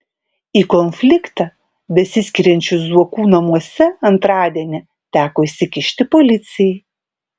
į konfliktą besiskiriančių zuokų namuose antradienį teko įsikišti policijai